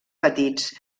petits